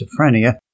schizophrenia